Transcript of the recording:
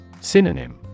Synonym